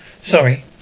Sorry